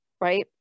right